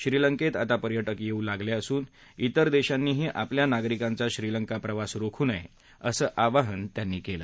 श्रीलंकेत आता पर्यटक येऊ लागले असून त्विर देशांनीही आपल्या नागरिकांचा श्रीलंका प्रवास रोखू नये असं आवाहन त्यांनी केलं